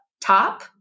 top